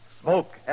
Smoke